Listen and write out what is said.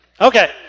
Okay